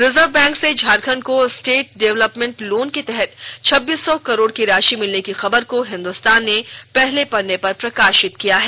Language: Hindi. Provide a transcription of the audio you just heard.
रिजर्व बैंक से झारखंड को स्टेट डेवलपमेंट लोन के तहत छब्बीस सौ करोड़ की राशि मिलने की खबर को हिंदुस्तान ने पहले पत्रे पर प्रकाशित किया है